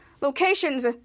locations